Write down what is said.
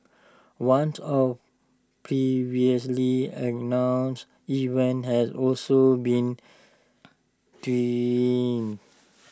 of previously announced events has also been